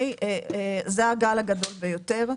זה הגל הגדול ביותר.